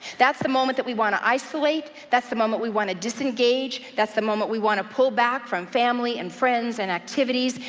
that's the moment that we want to isolate. that's the moment we want to disengage. that's the moment we want to pull back from family, and friends, and activities.